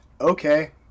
okay